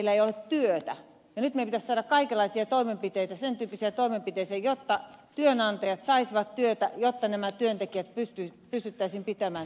nyt meidän pitäisi saada kaikenlaisia sen tyyppisiä toimenpiteitä että työnantajat saisivat työtä jotta nämä työntekijät pystyttäisiin pitämään